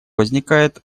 возникает